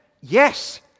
yes